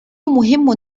مهم